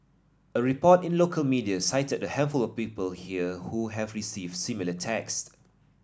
a report in local media cited a handful of people here who have received similar text